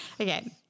Okay